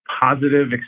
positive